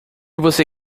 você